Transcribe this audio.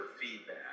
feedback